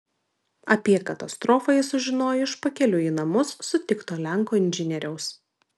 apie katastrofą jis sužinojo iš pakeliui į namus sutikto lenko inžinieriaus